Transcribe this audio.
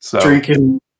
Drinking